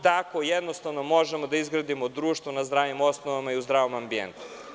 Tako možemo da izgradimo društvo na zdravim osnovama i u zdravom ambijentu.